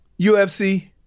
UFC